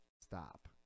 Stop